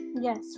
yes